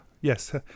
yes